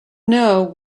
know